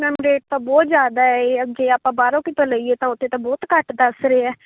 ma'am rate ਤਾਂ ਬਹੁਤ ਜ਼ਿਆਦਾ ਏ ਜੇ ਆਪਾਂ ਬਾਹਰੋਂ ਕਿਤੋਂ ਲਈਏ ਤਾਂ ਉੱਥੇ ਤਾਂ ਬਹੁਤ ਘੱਟ ਦੱਸ ਰਹੇ ਹੈ